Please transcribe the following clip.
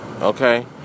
okay